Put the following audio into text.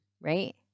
Right